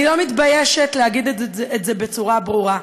אני לא מתביישת להגיד את זה בצורה ברורה,